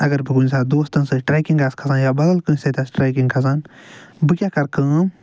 اگر بہٕ کُنہِ ساتہٕ دوستن سۭتۍ ٹرٛیکِنٛگ آسہٕ کھسان یا بدل کٲنٛسہِ سۭتۍ آسہٕ ٹریکِنٛگ کھسان بہٕ کیٛاہ کَرٕ کٲم